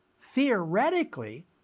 theoretically